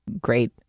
great